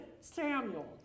Samuel